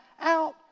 out